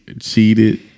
cheated